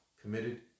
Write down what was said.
committed